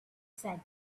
said